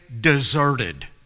deserted